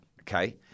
okay